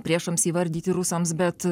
priešams įvardyti rusams bet